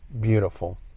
beautiful